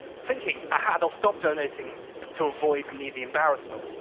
thinking, aha! they'll stop donating to avoid me the embarrassment.